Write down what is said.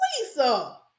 Lisa